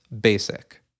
basic